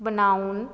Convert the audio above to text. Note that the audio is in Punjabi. ਬਣਾਉਣ